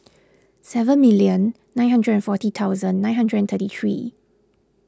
seven million nine hundred forty thousand nine hundred thirty three